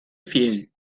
fehlen